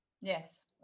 Yes